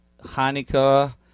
Hanukkah